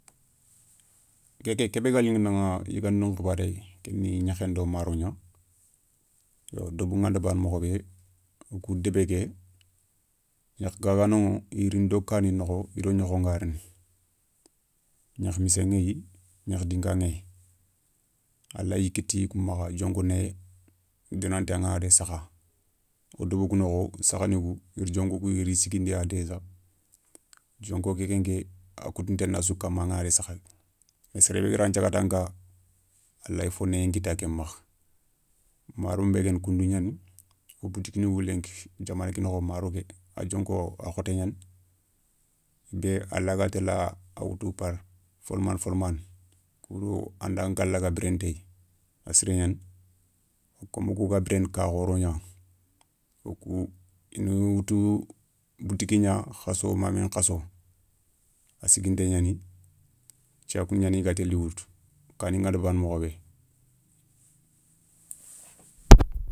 Nké ké, ké bé ga liηi daηa yigandou nkhibaré ké ni gnékhé ndo maro gna yo debou nganta bane mokho bé wo kou débé ké gnékhé gagano i rini do kani kou nokho i do gnokhon ga rini gnékhé missén ηéyi gnékhé dinka ηéye. alayi kitti kou makha dionko néwé dinanta an gana daga sakha wo deubou kou nokho sakhanikou i da dionkou kou idi sigindi ya déja. Dionko ké nké ké a koutounté na sou kammaηa angana dagga sakha sere be gara nsagata kha ka, a lawa fo néwé nkita ké makha. Maro nbé guéni koundou gnaani boutikinikou koundou lenki diamané ké nokho maro ké a dionko a khoté gnani, founbé a laga a wutu par folmane folmane koudo anda nka laga birene téy a siré gnani komme wokou ga biréne ka khoro gna. wo kou i na woutou boutiki gna khasso ma mé nkhasso a siguinté gnani thiakouni gnani i ga téli woutou kani nganta bana mokho bé.